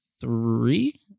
three